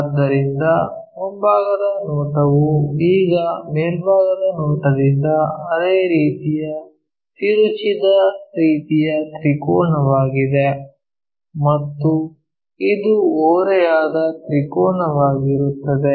ಆದ್ದರಿಂದ ಮುಂಭಾಗದ ನೋಟವು ಈಗ ಮೇಲ್ಭಾಗದ ನೋಟದಿಂದ ಅದೇ ರೀತಿಯ ತಿರುಚಿದ ರೀತಿಯ ತ್ರಿಕೋನವಾಗಿದೆ ಮತ್ತು ಇದು ಓರೆಯಾದ ತ್ರಿಕೋನವಾಗಿರುತ್ತದೆ